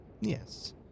Yes